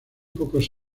pocos